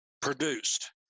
Produced